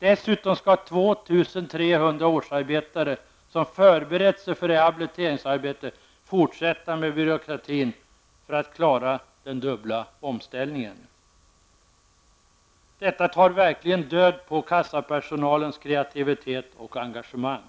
Dessutom skall 2 300 årsarbetare som förberett sig för rehabiliteringsarbete fortsätta med byråkratin för att klara den dubbla omställningen. Detta tar verkligen död på kassapersonalens kreativitet och engagemang.